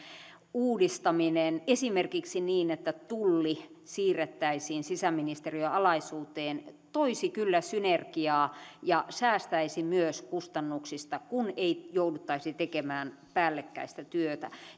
uudistaminen esimerkiksi niin että tulli siirrettäisiin sisäministeriön alaisuuteen toisi kyllä synergiaa ja säästäisi myös kustannuksista kun ei jouduttaisi tekemään päällekkäistä työtä